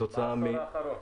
לצערנו,